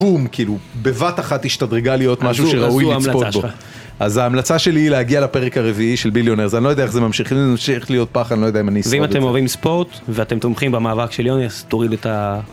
בום, כאילו, בבת אחת השתדרגה להיות משהו שראוי לצפות בו. אז זו אז או ההמלצה שלך. אז ההמלצה שלי היא להגיע לפרק הרביעי של ביליונר, אז אני לא יודע איך זה ממשיך. אם זה ממשיך להיות פח, אני לא יודע אם אני אשרוד את זה. ואם אתם אוהבים ספורט, ואתם תומכים במאבק של יוני, אז תוריד את ה...